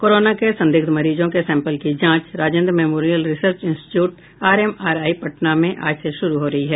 corona के संदिग्ध मरीजों के सैंपल की जांच Rajendra memorial research institute RMRI Patna में आज से शुरू हो रही है